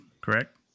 correct